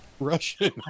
russian